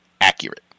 accurate